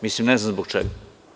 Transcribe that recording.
Mislim, ne znam zbog čega.